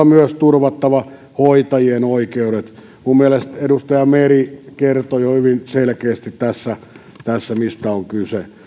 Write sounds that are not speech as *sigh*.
*unintelligible* myös turvattava hoitajien oikeudet minun mielestäni edustaja meri kertoi jo hyvin selkeästi tässä mistä on kyse